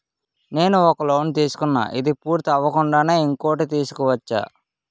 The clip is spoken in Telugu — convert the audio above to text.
నేను ఒక లోన్ తీసుకున్న, ఇది పూర్తి అవ్వకుండానే ఇంకోటి తీసుకోవచ్చా?